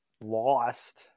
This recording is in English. lost